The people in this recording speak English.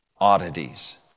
Oddities